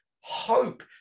hope